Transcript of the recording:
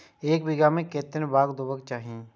एक बिघा में कतेक खाघ देबाक चाही?